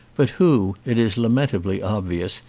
but who, it is lamentably obvious,